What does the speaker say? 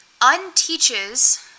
unteaches